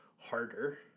harder